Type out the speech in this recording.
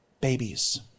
babies